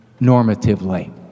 normatively